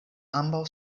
ambaŭ